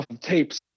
tapes